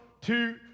two